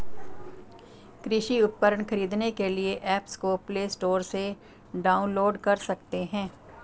कृषि उपकरण खरीदने के लिए एप्स को प्ले स्टोर से डाउनलोड कर सकते हैं